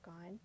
on